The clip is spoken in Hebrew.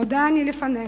מודה אני לפניך